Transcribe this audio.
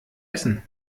essen